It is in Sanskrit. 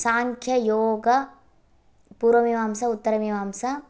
सांख्ययोगपूर्वमीमांसा उत्तरमीमांसा